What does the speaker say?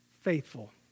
faithful